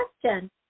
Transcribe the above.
question